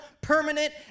permanent